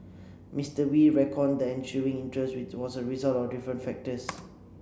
Mister Wee reckoned that the ensuing interest was a result of different factors